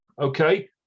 okay